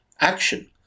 action